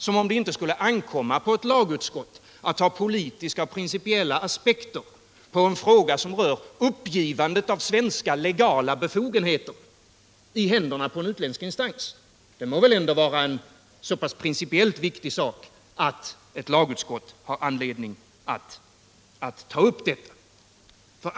Som om det inte skulle ankomma på ett lagutskott att anlägga politiska och principiella aspekter på en fråga som rör uppgivandet av svenska legala befogenheter och överlämnande av dessa i händerna på en utländsk instans. Det må väl ändå vara en principiellt så viktig sak att ett lagutskott har all anledning att ta upp detta.